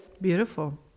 Beautiful